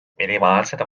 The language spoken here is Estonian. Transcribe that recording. minimaalsel